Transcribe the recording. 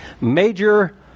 Major